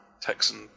Texan